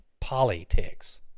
politics